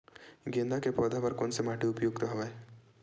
गेंदा के पौधा बर कोन से माटी उपयुक्त हवय?